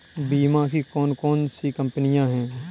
बीमा की कौन कौन सी कंपनियाँ हैं?